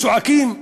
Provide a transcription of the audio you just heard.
צועקים?